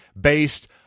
based